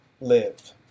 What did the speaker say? live